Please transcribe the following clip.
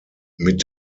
mit